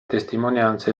testimonianze